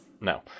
No